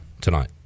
tonight